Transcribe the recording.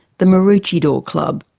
the maroochydore club.